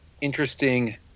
interesting